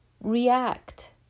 react